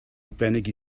arbennig